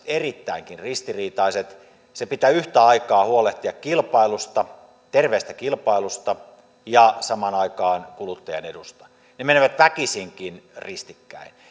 erittäinkin ristiriitaiset sen pitää yhtä aikaa huolehtia kilpailusta terveestä kilpailusta ja kuluttajan edusta ne menevät väkisinkin ristikkäin